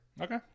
Okay